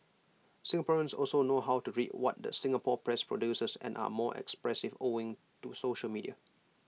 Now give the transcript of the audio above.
Singaporeans also know how to read what the Singapore press produces and are more expressive owing to social media